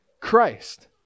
Christ